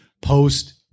post